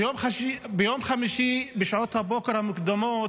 ביום חמישי, בשעות הבוקר המוקדמות,